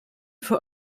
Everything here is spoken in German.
für